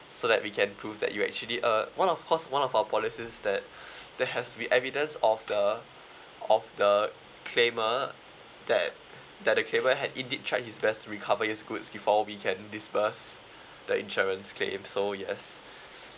so that we can prove that you actually uh one of cause one of our policy is that that has to be evidence of the of the claimer that that the claimer had indeed tried his best recover his goods before we can disburse the insurance claim so yes